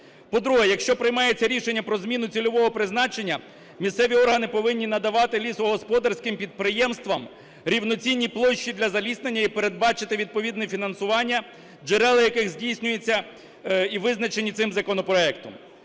По-друге, якщо приймається рішення про зміну цільового призначення, місцеві органи повинні надавати лісогосподарським підприємствам рівноцінні площі для заліснення і передбачити відповідне фінансування, джерела яких здійснюються і визначені цим законопроектом.